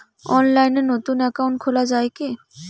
অনলাইনে নতুন একাউন্ট খোলা য়ায় কি?